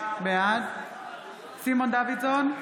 בעד סימון דוידסון,